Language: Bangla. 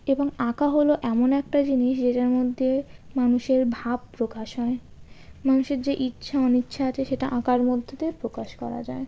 এবং আঁকা হল এমন একটা জিনিস যেটার মধ্যে মানুষের ভাব প্রকাশ হয় মানুষের যে ইচ্ছা অনিচ্ছা আছে সেটা আঁকার মধ্যে দিয়ে প্রকাশ করা যায়